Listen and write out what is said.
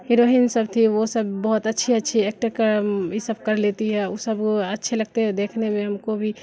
heroine سب تھی وہ سب بہت اچھی اچھی ایکٹر کم ای سب کر لیتی ہے وہ سب اچھے لگتے ہیں دیکھنے میں ہم کو بھی